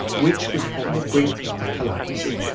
which was on the brink of collapse.